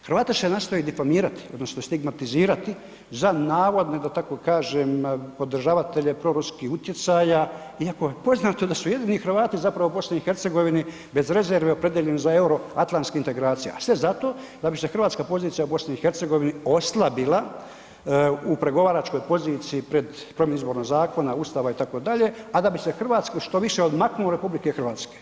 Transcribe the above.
Hrvate se nastoji difamirati odnosno stigmatizirati za navodne da tako kažem podržavatelje proruskih utjecaja iako je poznato da su jedini Hrvati zapravo u BiH bez rezerve opredijeljeni za euroatlanske integracije a sve zato da bi se Hrvatska pozicija u BiH oslabila u pregovaračkoj poziciji pred ... zakona, Ustava, itd. a da bi se Hrvatsku što više odmaknulo od RH.